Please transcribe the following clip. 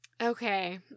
okay